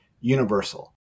universal